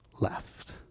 left